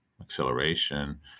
acceleration